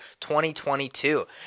2022